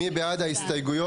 מי בעד ההסתייגויות?